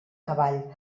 cavall